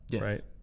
right